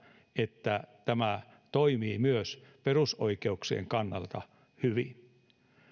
että tämä toimii myös perusoikeuksien kannalta hyvin